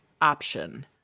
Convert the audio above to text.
option